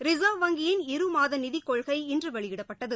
reserve வங்கியின் இருமாத நிதிக்கொள்கை இன்று வெளியிடப்பட்டது